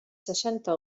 seixanta